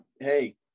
hey